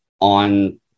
on